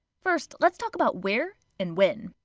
first, let's talk about where and when.